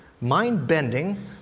mind-bending